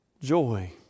Joy